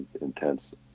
Intense